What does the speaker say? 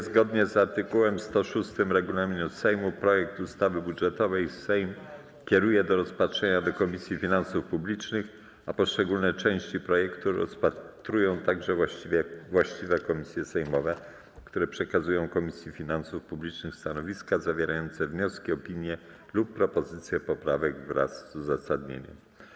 Zgodnie z art. 106 regulaminu Sejmu projekt ustawy budżetowej Sejm kieruje do rozpatrzenia do Komisji Finansów Publicznych, a poszczególne części projektu rozpatrują także właściwe komisje sejmowe, które przekazują Komisji Finansów Publicznych stanowiska zawierające wnioski, opinie lub propozycje poprawek wraz z uzasadnieniem.